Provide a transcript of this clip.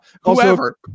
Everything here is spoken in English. whoever